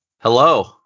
Hello